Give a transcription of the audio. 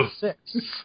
Six